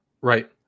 Right